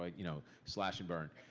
like you know, slash and burn.